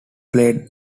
played